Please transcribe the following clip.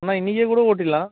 அண்ணா இன்றைக்கே கூட ஓட்டிடலாம்